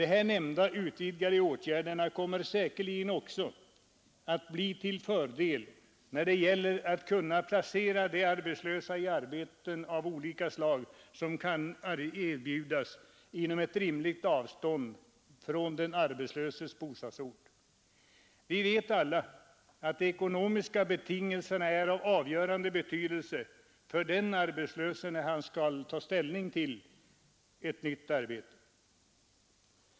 De här nämnda utvidgade åtgärderna kommer säkerligen också att bli till fördel när det gäller att placera de arbetslösa i arbeten av olika slag, som kan erbjudas inom ett rimligt avstånd från bostadsorten. Vi vet alla att de ekonomiska betingelserna är av avgörande betydelse för den arbetslöse när han skall ta ställning till ett nytt arbete.